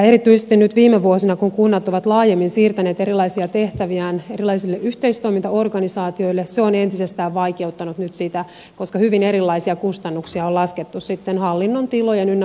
erityisesti nyt viime vuosina kunnat ovat laajemmin siirtäneet erilaisia tehtäviään erilaisille yhteistoimintaorganisaatioille ja se on entisestään vaikeuttanut sitä koska hyvin erilaisia kustannuksia on laskettu sitten hallinnon tilojen ynnä muuta